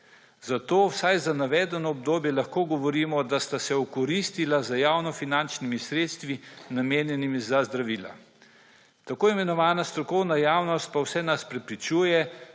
Zato vsaj za navedeno obdobje lahko govorimo, da sta se okoristila z javnofinančnimi sredstvi, namenjenimi za zdravila. Tako imenovana strokovna javnost pa vse nas prepričuje,